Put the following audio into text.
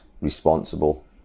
responsible